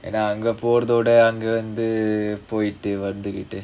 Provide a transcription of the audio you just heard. ஏனா அங்கபோறத விட அங்க போயிட்டு வந்துட்டு:yaenaa anga poratha vida anga poitu vandhuttu